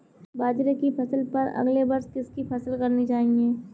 बाजरे की फसल पर अगले वर्ष किसकी फसल करनी चाहिए?